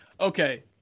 Okay